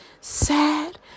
sad